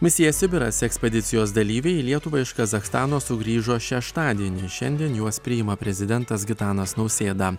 misija sibiras ekspedicijos dalyviai į lietuvą iš kazachstano sugrįžo šeštadienį šiandien juos priima prezidentas gitanas nausėda